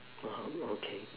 (uh huh) okay